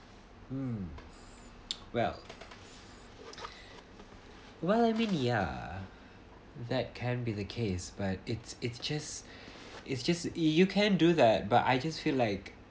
mm well well I mean ya that can be the case but it's it's just it's just you can do that but I just feel like